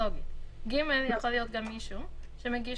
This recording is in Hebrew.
יכול להיות שהוא גם לא מודע